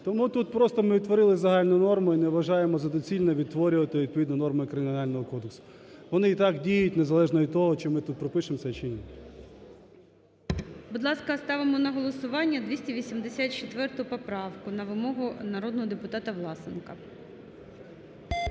Тому тут просто ми відтворили загальну норму і не вважаємо за доцільне відтворювати відповідну норму Кримінального кодексу. Вони і так діють незалежно від того, чи ми тут пропишемо це чи ні. ГОЛОВУЮЧИЙ. Будь ласка, ставимо на голосування 284 поправку на вимогу народного депутата Власенка.